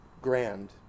grand